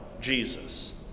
Jesus